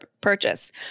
purchase